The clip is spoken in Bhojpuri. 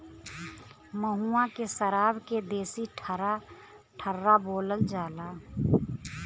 महुआ के सराब के देसी ठर्रा बोलल जाला